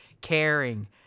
caring